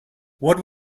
what